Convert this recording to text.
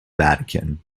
vatican